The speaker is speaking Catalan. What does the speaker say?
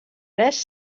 prest